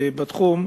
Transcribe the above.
בתחום.